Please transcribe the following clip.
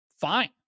fine